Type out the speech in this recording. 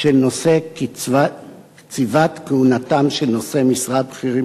של קציבת כהונתם של נושאי משרה בכירים